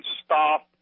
stop